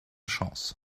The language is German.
chance